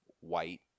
white